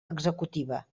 executiva